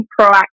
proactive